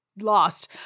lost